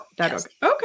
Okay